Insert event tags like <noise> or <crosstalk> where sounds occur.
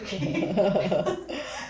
<laughs>